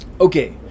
Okay